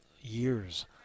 years